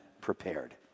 prepared